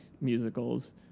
musicals